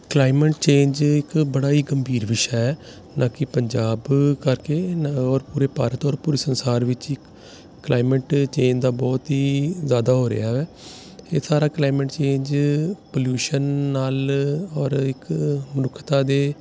climate change ਇੱਕ ਬੜਾ ਹੀ ਗੰਭੀਰ ਵਿਸ਼ਾ ਹੈ ਨਾ ਕਿ ਪੰਜਾਬ ਕਰਕੇ ਔਰ ਪੂਰੇ ਭਾਰਤ ਔਰ ਪੂਰੀ ਸੰਸਾਰ ਵਿੱਚ ਹੀ ਕਲਾਈਮੇਟ ਚੇਂਜ ਦਾ ਬਹੁਤ ਹੀ ਜ਼ਿਆਦਾ ਹੋ ਰਿਹਾ ਵਾ ਇਹ ਸਾਰਾ ਕਲਾਈਮੇਟ ਚੇਂਜ ਪੋਲਿਊਸ਼ਨ ਨਾਲ ਔਰ ਇੱਕ ਮਨੁੱਖਤਾ ਦੇ